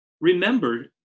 Remember